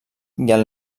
del